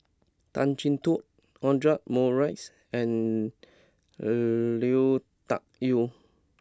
Tan Chin Tuan Audra Morrice and Lui Tuck Yew